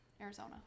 Arizona